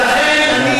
ולכן,